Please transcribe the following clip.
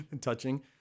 touching